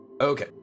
okay